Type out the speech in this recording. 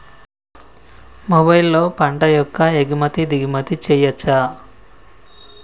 మొబైల్లో పంట యొక్క ఎగుమతి దిగుమతి చెయ్యచ్చా?